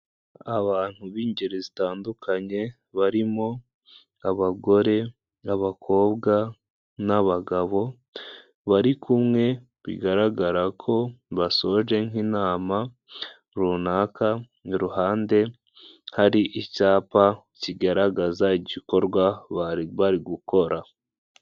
Abantu b'ingeri zitandukanye barimo abagore n'abakobwa n'abagabo bari kumwe bigaragara ko basoje nk'inama runaka mu ruhande hari icyapa kigaragaza igikorwa bari bari gukora.